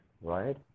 right